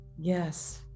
Yes